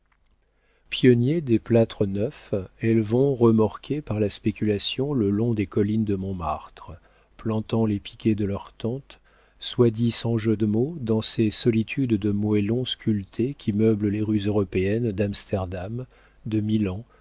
pionniers des plâtres neufs elles vont remorquées par la spéculation le long des collines de montmartre plantant les piquets de leurs tentes soit dit sans jeu de mots dans ces solitudes de moellons sculptés qui meublent les rues européennes d'amsterdam de milan de